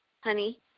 honey